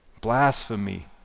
blasphemy